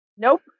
Nope